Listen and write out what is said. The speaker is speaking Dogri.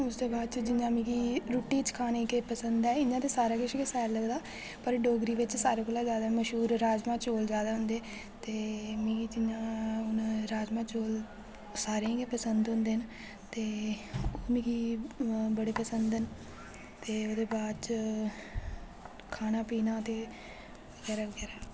उसदे बाद च जियां मिगी रुट्टी च खाने केह् पसंद ऐ इ'यां ते सारा किश गै शैल लगदा पर डोगरी बिच्च सारें कोला ज्यादा मश्हूर राजमां चौल ज्यादा ओंदे ते मिगी जियां हून राजमां चौल सारें गी गै पसंद होंदे न ते मिगी बड़े पसन्द न ते ओह्दे बाद च खाना पीना ते